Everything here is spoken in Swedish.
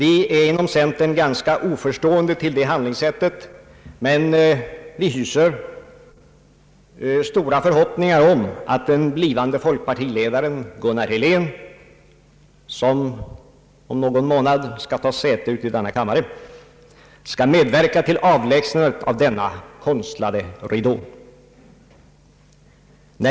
Inom centern är vi ganska oförstående till det handlingssättet, men vi hyser stora förhoppningar om att den blivande folkpartiledaren Gunnar Helén, som om någon månad tar säte i denna kammare, skall medverka till avlägsnandet av denna konstlade ridå.